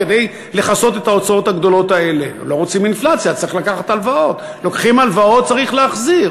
כאילו הייתה פה מנהיגות כלכלית יוצאת מגדר הרגיל,